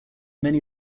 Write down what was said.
many